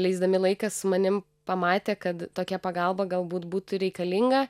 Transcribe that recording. leisdami laiką su manim pamatė kad tokia pagalba galbūt būtų reikalinga